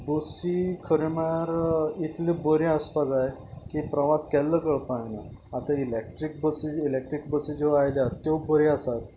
बसी खरें म्हळ्यार इतली बरी आसपाक जाय की प्रवास केल्लो कळपाक जायना आतां इलॅक्ट्रीक बसी इलॅक्ट्रीक बसी ज्यो आयल्यात त्यो बऱ्यो आसात